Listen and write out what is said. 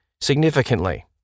significantly